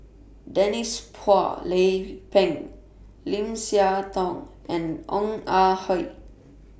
Denise Phua Lay Peng Lim Siah Tong and Ong Ah Hoi